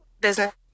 business